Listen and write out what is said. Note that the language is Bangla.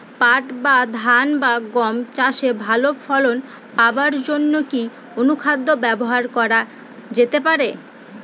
পাট বা ধান বা গম চাষে ভালো ফলন পাবার জন কি অনুখাদ্য ব্যবহার করা যেতে পারে?